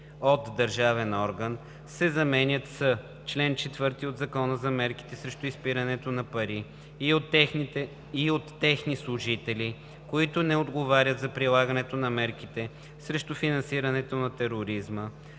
от държавен орган“ се заменят с „чл. 4 от Закона за мерките срещу изпирането на пари, и от техни служители, които не отговорят за прилагането на мерките срещу финансирането на тероризма,